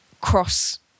cross